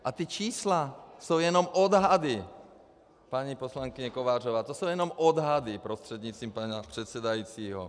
A ta čísla jsou jenom odhady, paní poslankyně Kovářová, to jsou jenom odhady, prostřednictvím pana předsedajícího.